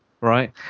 right